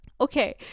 okay